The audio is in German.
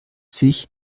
sich